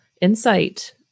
insight